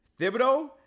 Thibodeau